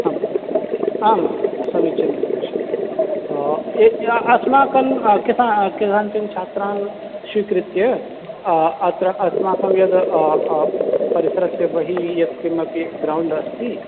आम् आं समीचीनं भविष्यति अस्माकं केषान् काँश्चन छात्रान् स्वीकृत्य अत्र अस्माकं यद् परिसरस्य बहिः यत्किमपि ग्रौण्ड् अस्ति